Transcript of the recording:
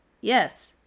Yes